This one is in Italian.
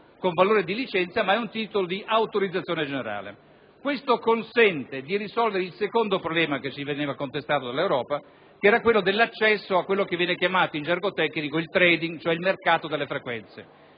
con valore di licenza, ma è un titolo di autorizzazione generale. Questo consente di risolvere il secondo problema che ci veniva contestato dall'Europa, quello dell'accesso a quello che viene chiamato in gergo tecnico il *trading*, cioè il mercato delle frequenze: